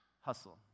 hustle